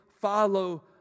follow